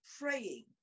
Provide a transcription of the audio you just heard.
praying